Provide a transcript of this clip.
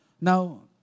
Now